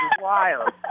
wild